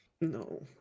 no